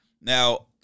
Now